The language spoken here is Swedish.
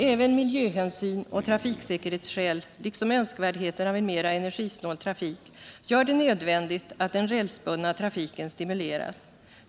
Även miljöhänsyn och trafiksäkerhetsskäl liksom önskvärdheten av en mera energisnål trafik gör det nödvändigt att den rälsbundna trafiken stimuleras.